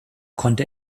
konnte